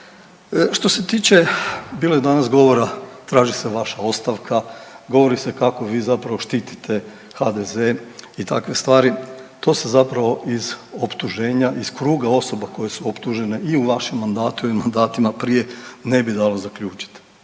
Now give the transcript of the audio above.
Što se tiče, bilo je danas govora, traži se vaša ostavka, govori se kako vi zapravo štitite HDZ i takve stvari, to se zapravo iz optuženja iz kruga osoba koje su optužene i u vašem mandatu i u mandatima prije ne bi dalo zaključiti.